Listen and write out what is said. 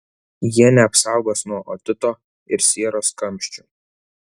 jie neapsaugos nuo otito ir sieros kamščių